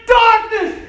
darkness